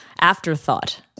afterthought